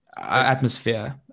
atmosphere